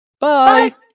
Bye